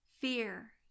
Fear